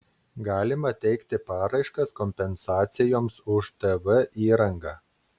galima teikti paraiškas kompensacijoms už tv įrangą